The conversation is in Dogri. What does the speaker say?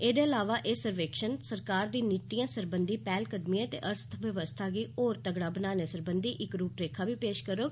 एह्दे अलावा एह् सर्वेक्षण सरकार दी नीतिएं सरबंधी पैह्लकदमिएं ते अर्थबवस्था गी होर तगड़ा बनाने सरबंधी इक रूपरेखा बी पेश करोग